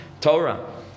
Torah